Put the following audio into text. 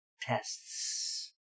tests